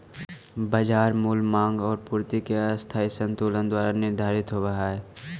बाजार मूल्य माँग आउ पूर्ति के अस्थायी संतुलन द्वारा निर्धारित होवऽ हइ